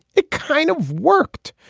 it kind of worked.